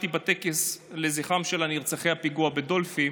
מהטקס לזכרם של נרצחי הפיגוע בדולפי.